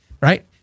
right